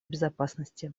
безопасности